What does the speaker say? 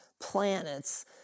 planets